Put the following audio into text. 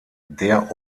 der